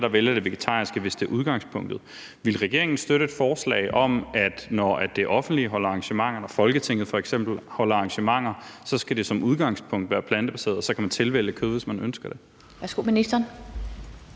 der vælger det vegetariske, hvis det er udgangspunktet. Ville regeringen støtte et forslag om, at når det offentlige holder arrangementer, når Folketinget f.eks. holder arrangementer, skal det som udgangspunkt være plantebaseret, og så kan man tilvælge kød, hvis man ønsker det?